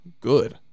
good